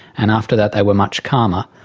and after that they were much calmer.